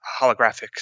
holographic